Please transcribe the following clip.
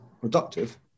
productive